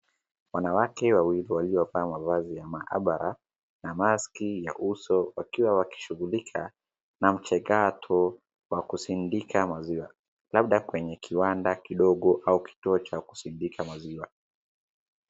Wanawake wawili waliovaa mavazi ya maabara na maski ya uso wakiwa wakishugulika na mchakato wa kusindika maziwa labda kwenye kiwanda kidogo au kituo cha kusindika maziwa